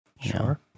Sure